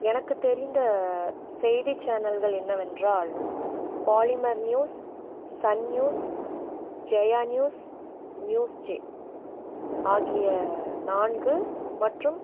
எனக்கு தெரிந்த செய்தி சேனல்கள் என்னவென்றால் Polimer News Sun News Jaya News News J ஆகிய நான்கு மற்றும்